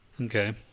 Okay